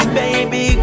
baby